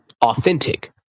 authentic